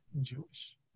Jewish